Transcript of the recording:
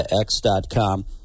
x.com